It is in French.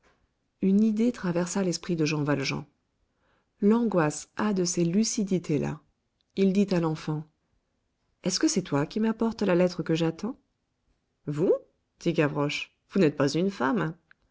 une idée traversa l'esprit de jean valjean l'angoisse a de ces lucidités là il dit à l'enfant est-ce que c'est toi qui m'apportes la lettre que j'attends vous dit gavroche vous n'êtes pas une femme